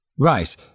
Right